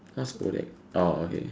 what's ODAC orh okay